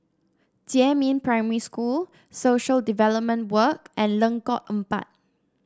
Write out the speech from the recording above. Jiemin Primary School Social Development Work and Lengkong Empat